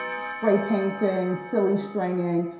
spray painting, silly stringing,